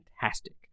fantastic